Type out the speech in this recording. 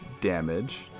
damage